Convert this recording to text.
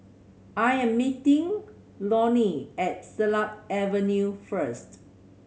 I am meeting Leonie at Silat Avenue first